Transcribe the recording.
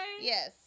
Yes